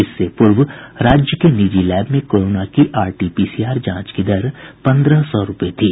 इससे पूर्व राज्य के निजी लैब में कोरोना की आरटीपीसीआर जांच की दर पन्द्रह सौ रूपये थी